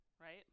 right